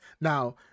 Now